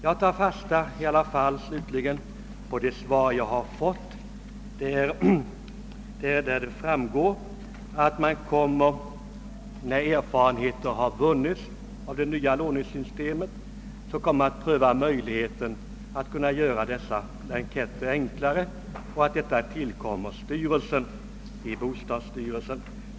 Jag tar dock slutligen fasta på det besked jag fått i svaret, nämligen att man när erfarenheter har vunnits av det nya lånesystemet kommer att pröva möjligheten att förenkla dessa blanketter, en uppgift som tillkommer bostadsstyrelsen.